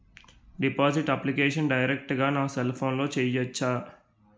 Deposit application direct గా నా cell ఫోన్లో చెయ్యచా?